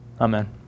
Amen